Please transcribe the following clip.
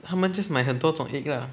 他们 just 买很多种 egg lah